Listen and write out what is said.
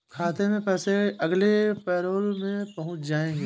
आपके खाते में पैसे अगले पैरोल में पहुँच जाएंगे